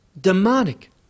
demonic